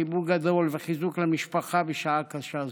חיבוק גדול וחיזוק למשפחה בשעה קשה זו.